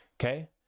okay